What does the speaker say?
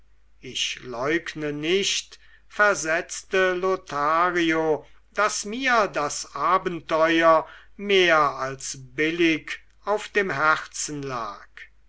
ich leugne nicht versetzte lothario daß mir das abenteuer mehr als billig auf dem herzen lag